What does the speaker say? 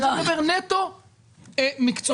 אני מדבר נטו מקצועית.